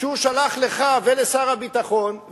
שהוא שלח לך ולשר הביטחון,